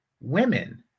women